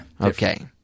Okay